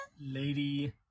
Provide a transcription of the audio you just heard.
Lady